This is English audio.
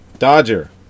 Dodger